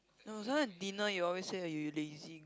no sometimes dinner you always say that you lazy